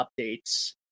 updates